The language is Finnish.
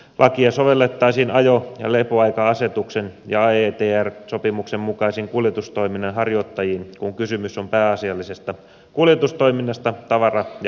lakia sovellettaisiin ajo ja lepoaika asetuksen ja aetr sopimuksen mukaisiin kuljetustoiminnan harjoittajiin kun kysymys on pääasiallisesta kuljetustoiminnasta tavara ja henkilöliikenteessä